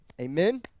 Amen